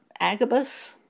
Agabus